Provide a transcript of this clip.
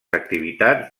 activitats